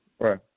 Right